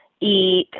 eat